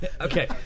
Okay